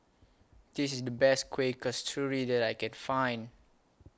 This IS The Best Kuih Kasturi that I Can Find